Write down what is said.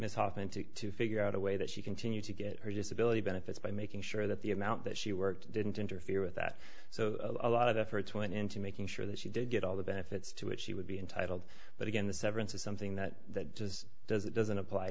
authentic to figure out a way that she continued to get her disability benefits by making sure that the amount that she worked didn't interfere with that so a lot of efforts went into making sure that she did get all the benefits to which she would be entitled but again the severance is something that that just does it doesn't apply